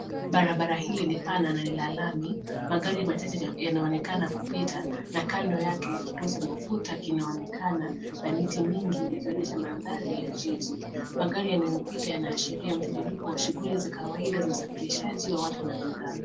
Barabara hili ni pana na ni la lami. Magari machache yanaonekana kupita, na kando yake kituo cha mafuta kinaonekana, na miti mingi, ikionyesha mandhari ya jiji. Magari yanayopita yanaashiria mtiririko wa shughuli za kawaida za usafirishaji wa watu na bidhaa.